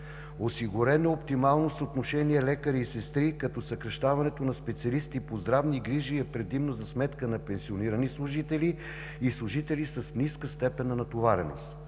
Осигурено е оптимално съотношение лекари и сестри като съкращаването на специалисти по здравни грижи е предимно за сметка на пенсионирани служители и служители с ниска степен на натовареност.